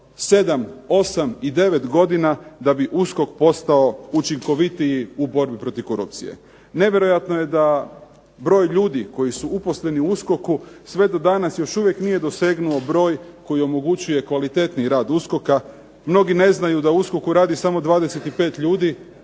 7, 8 i 9 godina da bi USKOK postao učinkovitiji u borbi protiv korupcije. Nevjerojatno je da broj ljudi koji su uposleni u USKOK-u sve do danas još uvijek nije dosegnuo broj koji omogućuje kvalitetniji rad USKOK-a. Mnogi ne znaju da u USKOK-u radi samo 25 ljudi.